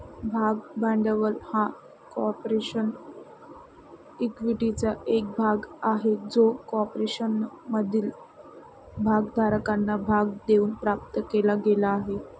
भाग भांडवल हा कॉर्पोरेशन इक्विटीचा एक भाग आहे जो कॉर्पोरेशनमधील भागधारकांना भाग देऊन प्राप्त केला गेला आहे